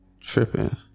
Tripping